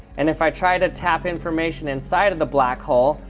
and if i try to tap information inside of the black hole,